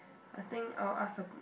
I think I'll ask the